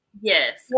Yes